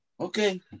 okay